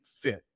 fit